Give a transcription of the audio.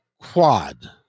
Quad